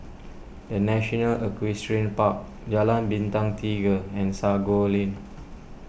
the National Equestrian Park Jalan Bintang Tiga and Sago Lane